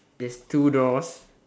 there's two doors